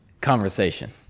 conversation